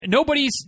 nobody's